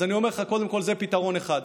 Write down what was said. אז אני אומר לך, קודם כול, זה פתרון אחד.